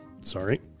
Sorry